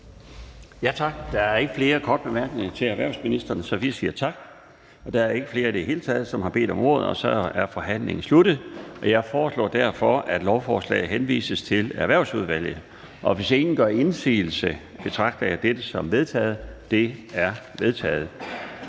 Tak. Der er ikke flere korte bemærkninger til erhvervsministeren, så vi siger tak. Der er i det hele taget ikke flere, som har bedt om ordet, og så er forhandlingen sluttet. Jeg foreslår, at lovforslaget henvises til Erhvervsudvalget. Hvis ingen gør indsigelse, betragter jeg dette som vedtaget. Det er vedtaget.